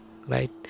Right